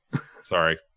Sorry